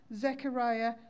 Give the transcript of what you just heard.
Zechariah